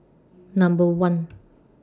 Number one